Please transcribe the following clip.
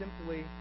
simply